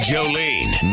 Jolene